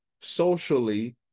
socially